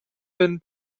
been